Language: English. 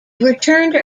returned